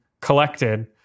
collected